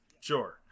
sure